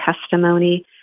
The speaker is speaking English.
testimony